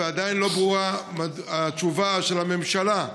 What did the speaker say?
ועדיין לא ברורה התשובה של הממשלה,